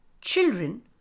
Children